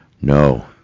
No